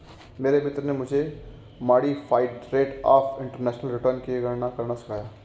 मेरे मित्र ने मुझे modified rate of internal return की गणना करना सिखाया